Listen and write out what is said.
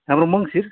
हाम्रो मङ्सिर